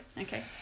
Okay